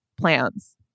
plans